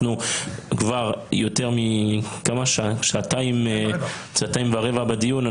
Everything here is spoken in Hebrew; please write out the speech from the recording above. אנחנו כבר יותר משעתיים ורבע בדיון.